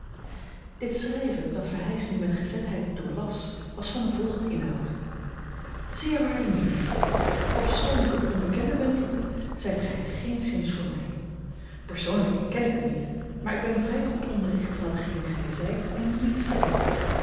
dit schrijven dat verheyst nu met gezetheid doorlas was van den volgenden inhoud zeer waarde neef ofschoon ik eene onbekende ben voor u zijt gij het geenszins voor mij persoonlijk ken ik u niet maar ik ben vrij goed onderricht van hetgeen gij zijt en niet zijt